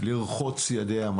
לרחוץ ידיה.